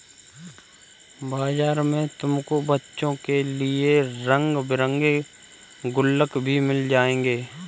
बाजार में तुमको बच्चों के लिए रंग बिरंगे गुल्लक भी मिल जाएंगे